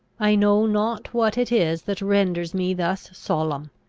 i know not what it is that renders me thus solemn.